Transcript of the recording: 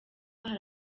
hari